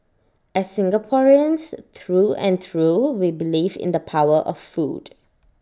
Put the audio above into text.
as Singaporeans through and through we believe in the power of food